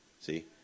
See